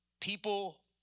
people